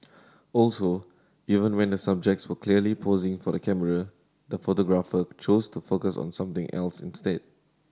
also even when the subjects were clearly posing for the camera the photographer chose to focus on something else instead